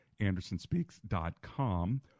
andersonspeaks.com